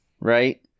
right